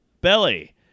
belly